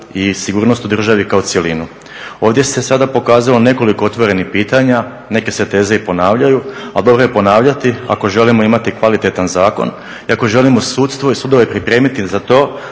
i sigurnost u državi kao cjelinu. Ovdje se sada pokazalo nekoliko otvorenih pitanja, neke se teze i ponavljaju, a dobro je ponavljati ako želimo imati kvalitetan zakon i ako želimo sudstvo i sudove pripremiti za to